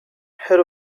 head